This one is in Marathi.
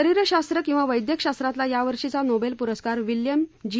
शरीरशास्त्र किंवा वैदयकशास्त्रातील या वर्षीचा नोबेल प्रस्कार विल्यम जी